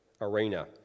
arena